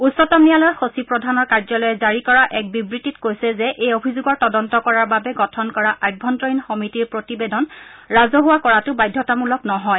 উচ্চতম ন্যায়ালয়ৰ সচিব প্ৰধানৰ কাৰ্যালয়ে জাৰি কৰা এক বিবৃতিত কৈছে যে এই অভিযোগৰ তদন্ত কৰাৰ বাবে গঠন কৰা আভ্যন্তৰীণ সমিতিৰ প্ৰতিবেদন ৰাজহুৱা কৰাটো বাধ্যতামূলক নহয়